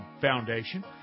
Foundation